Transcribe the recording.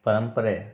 ಪರಂಪರೆ